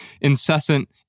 incessant